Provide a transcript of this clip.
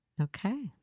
Okay